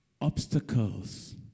obstacles